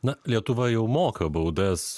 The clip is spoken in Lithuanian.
na lietuva jau moka baudas